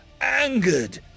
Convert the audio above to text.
angered